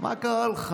מה קרה לך?